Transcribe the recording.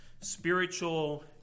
spiritual